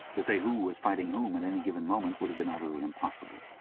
to say who was fighting whom at any given moment, would have been utterly impossible,